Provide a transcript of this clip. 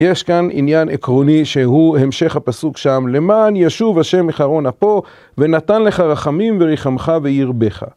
יש כאן עניין עקרוני שהוא המשך הפסוק שם, למען ישוב השם מחרון אפו ונתן לך רחמים וריחמך וירבך.